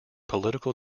political